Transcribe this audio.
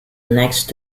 next